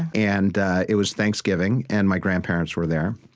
and it was thanksgiving, and my grandparents were there.